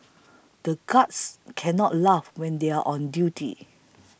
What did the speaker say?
the guards can not laugh when they are on duty